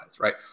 right